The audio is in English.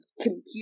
computer